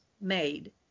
made